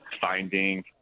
finding –